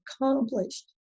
accomplished